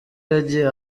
yagiye